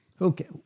Okay